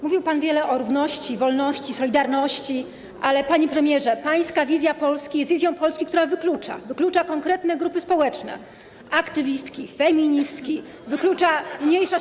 Mówił pan wiele o równości, wolności, solidarności, ale, panie premierze, pańska wizja Polski jest wizją Polski, która wyklucza, wyklucza konkretne grupy społeczne: aktywistki, feministki, mniejszość.